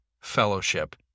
fellowship